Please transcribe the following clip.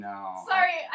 Sorry